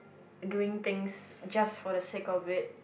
doing things just for the sake of it